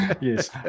Yes